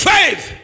Faith